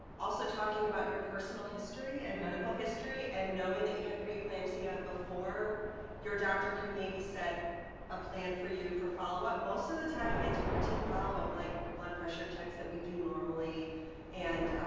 also talking about your personal history and medical history and knowing that you had preeclampsia before your doctor can maybe set a plan for you for follow-up most of the time it's routine follow-up like blood pressure checks that we do normally and